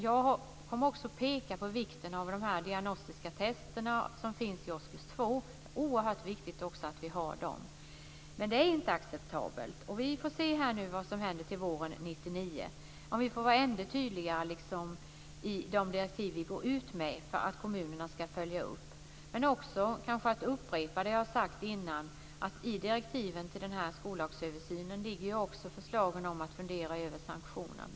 Jag kommer också att peka på vikten av de diagnostiska test som finns i årskurs 2. Det är oerhört viktigt att vi har dem. Men detta är inte acceptabelt. Vi får se vad som händer våren 1999. Vi kanske får vara mer tydliga i de direktiv vi går ut med för att kommunerna skall följa upp dem. I direktiven till skollagsöversynen ligger också förslagen att fundera över sanktionen.